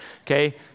Okay